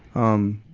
um,